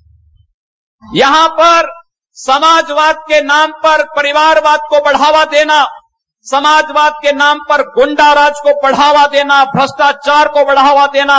bite यहां पर समाजवाद के नाम पर परिवारवाद को बढ़ावा देना समाजवाद के नाम पर गुंडाराज को बढ़ावा देना भ्रष्टाचार को बढ़ावा देना